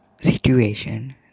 situation